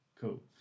Cool